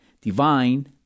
divine